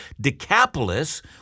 Decapolis